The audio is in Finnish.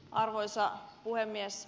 arvoisa puhemies